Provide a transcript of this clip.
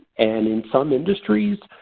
and in some industries,